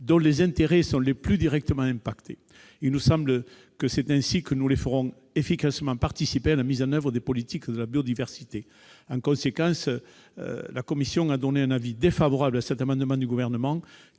dont les intérêts sont le plus directement impactés. Il nous semble que c'est ainsi que nous les ferons efficacement participer à la mise en oeuvre des politiques de préservation de la biodiversité. En conséquence, la commission a donné un avis défavorable à l'amendement du Gouvernement,